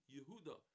Yehuda